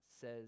says